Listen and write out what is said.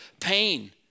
pain